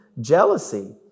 Jealousy